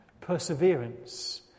Perseverance